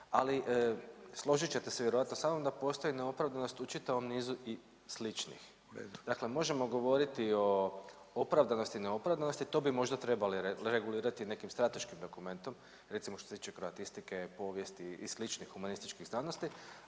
Ali složit ćete se vjerojatno sa mnom da postoji neopravdanost u čitavom nizu i sličnih. Dakle, možemo govoriti o opravdanosti, neopravdanosti. To bi možda trebali regulirati nekim strateškim dokumentom recimo što se tiče kroatistike, povijesti i sličnih humanističkih znanosti.